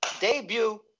debut